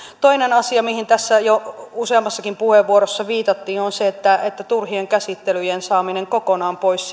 toinen asia mihin tässä jo useammassakin puheenvuorossa viitattiin on turhien käsittelyjen saaminen kokonaan pois